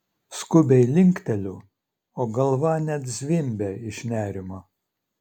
skubiai linkteliu o galva net zvimbia iš nerimo